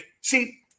See